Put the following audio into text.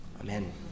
Amen